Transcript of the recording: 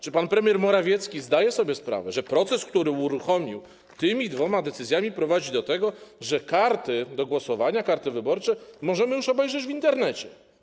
Czy pan premier Morawiecki zdaje sobie sprawę, że proces, który uruchomił tymi dwoma decyzjami, prowadzi do tego, że karty do głosowania, karty wyborcze możemy już obejrzeć w Internecie?